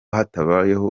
hatabayeho